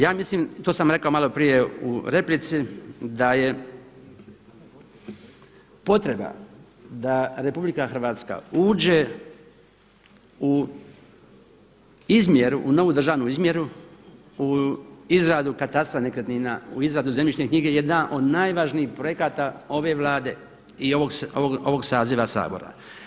Ja mislim i to sam rekao malo prije u replici da je potreba da RH uđe u izmjeru, u novu državnu izmjeru u izradu katastra nekretnina, u izradu zemljišne knjige, jedna od najvažnijih projekata ove Vlade i ovog saziva Sabora.